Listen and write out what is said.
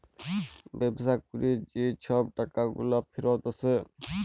ব্যবসা ক্যরে যে ছব টাকাগুলা ফিরত আসে